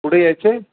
पुढे याचे